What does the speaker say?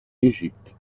égypte